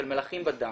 של מלחים בדם.